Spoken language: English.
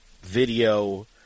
video